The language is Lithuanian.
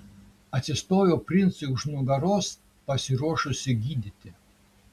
atsistojau princui už nugaros pasiruošusi gydyti